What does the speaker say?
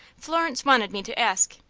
florence wanted me to ask.